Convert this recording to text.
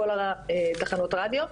לעומת זמרות בכל תחנות הרדיו במדינה,